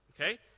Okay